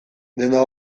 dena